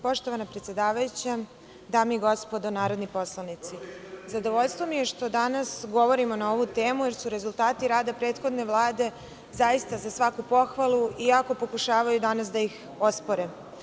Poštovana predsedavajuća, dame i gospodo narodni poslanici, zadovoljstvo mi je što danas govorimo na ovu temu, jer su rezultati rada prethodne Vlade zaista za svaku pohvalu, iako pokušavaju danas da ih ospore.